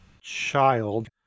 child